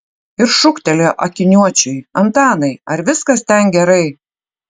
ir šūktelėjo akiniuočiui antanai ar viskas ten gerai